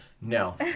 No